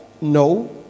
No